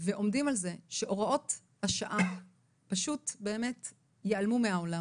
ועומדים על זה שהוראות השעה פשוט באמת ייעלמו מהעולם.